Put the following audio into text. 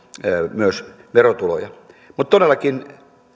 myös verotuloja mutta todellakin